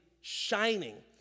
shining